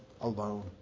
alone